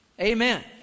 Amen